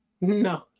No